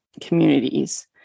communities